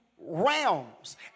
realms